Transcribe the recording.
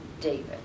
David